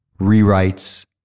rewrites